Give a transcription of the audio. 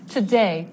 Today